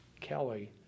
kelly